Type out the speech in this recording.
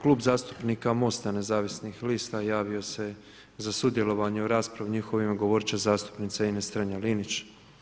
Klub zastupnika MOST-a nezavisnih lista javio se za sudjelovanje u raspravi, u njihovo ime govorit će zastupnica Ines Strenja-Linić.